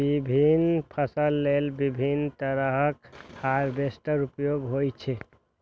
विभिन्न फसल लेल विभिन्न तरहक हार्वेस्टर उपयोग होइ छै